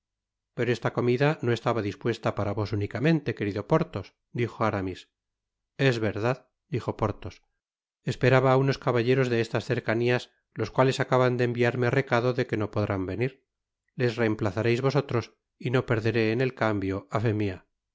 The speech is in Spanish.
pero esta comida no estaba dispuesta para vos únicamente querido poribos dijo aramis es verdad dijo porthos esperaba á unos caballeros de estas cercanias los cuales acaban de enviarme recado de que no podrán venir les reemplazareis vosotros y no perderé en el cambio á fe mia